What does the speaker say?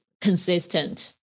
consistent